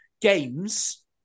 games